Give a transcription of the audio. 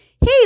hey